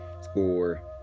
Score